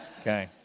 Okay